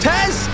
Tez